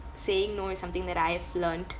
saying no is something that I have learnt